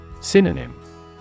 Synonym